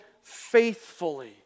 faithfully